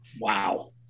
Wow